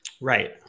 Right